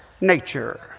nature